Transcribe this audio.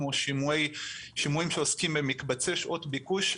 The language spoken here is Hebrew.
כמו שימועים שעוסקים במקבצי שעות ביקוש.